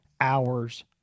hours